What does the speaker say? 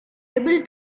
able